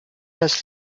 das